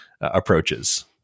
approaches